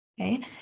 okay